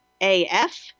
AF